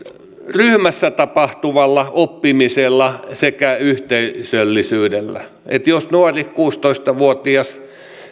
ryhmässä tapahtuvalla oppimisella sekä yhteisöllisyydellä on myös tärkeä merkitys jos nuori kuusitoista vuotias tosiaan